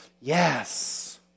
Yes